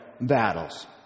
battles